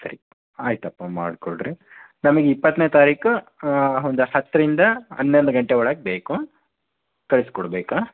ಸರಿ ಆಯಿತಪ್ಪ ಮಾಡಿಕೊಡ್ರಿ ನಮಗೆ ಇಪ್ಪತ್ತನೇ ತಾರೀಕು ಒಂದು ಹತ್ತರಿಂದ ಹನ್ನೊಂದು ಗಂಟೆ ಒಳಗೆ ಬೇಕು ಕಳಿಸಿಕೊಡ್ಬೇಕಾ